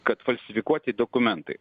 kad falsifikuoti dokumentai